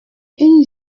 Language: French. une